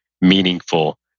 meaningful